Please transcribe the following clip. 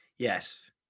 Yes